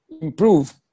improve